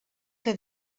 que